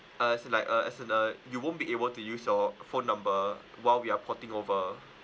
uh it's like uh as in uh you won't be able to use your phone number while we are porting over